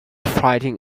fighting